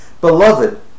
beloved